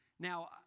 Now